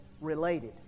related